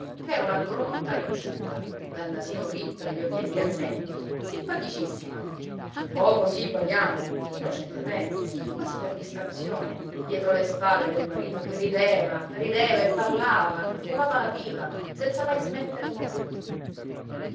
dottore ch'era una brunotta ricciuta dal nasino ritto e gli occhietti ardenti simpaticissima oh cosí badiamo innocentemente quasi per distrazione dietro le spalle del marito che rideva rideva e parlava e fumava la pipa senza mai smettere un momento